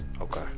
Okay